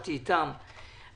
אני